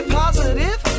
positive